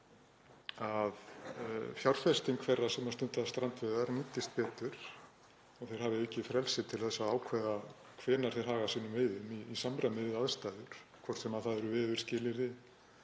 að fjárfesting þeirra sem stunda strandveiðar nýtist betur og þeir hafi aukið frelsi til að ákveða hvenær þeir haga sínum veiðum í samræmi við aðstæður, hvort sem það eru veðurskilyrði